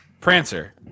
Prancer